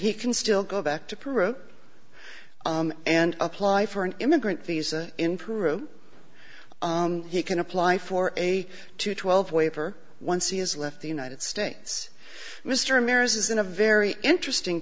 he can still go back to peru and apply for an immigrant visa in peru he can apply for a two twelve waiver once he has left the united states mr america is in a very interesting